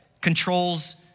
controls